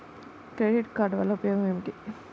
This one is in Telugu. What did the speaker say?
క్రెడిట్ కార్డ్ వల్ల ఉపయోగం ఏమిటీ?